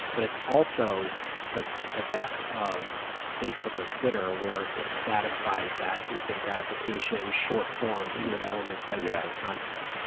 but it's also the the best of facebook or twitter where it satisfies that instant gratification, short-form, in-the-moment, bite-sized content.